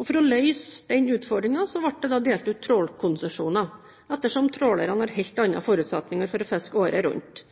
For å løse den utfordringen ble det delt ut trålkonsesjoner, ettersom trålerne har helt andre forutsetninger for å fiske året rundt.